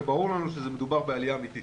וברור לנו שמדובר בעלייה אמיתית.